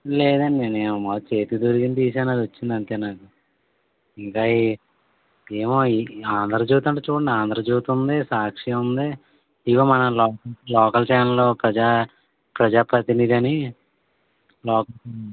లేదండి నేను మాములుగా చేతికి దొరికింది తీశా అది వచ్చింది అంతే నాకు ఇంకా ఈ ఏమో ఈ ఆంధ్రజ్యోతి అంట చూడండి ఆంధ్రజ్యోతి ఉంది సాక్షి ఉంది ఇగో మన local local channel Praja Praja Pratinidhi అని లోక